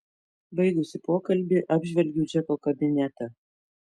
baigusi pokalbį apžvelgiu džeko kabinetą